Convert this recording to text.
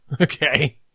Okay